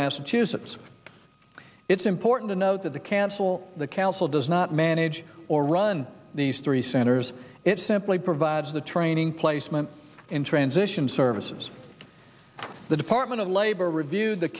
massachusetts it's important to note that the cancel the council does not manage or run these three centers it simply provides the training placement in transition services the department of labor reviewed the